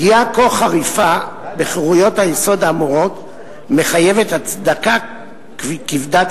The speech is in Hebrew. פגיעה כה חריפה בחירויות היסוד האמורות מחייבת הצדקה כבדת